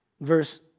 verse